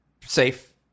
safe